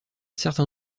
certain